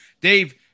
Dave